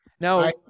Now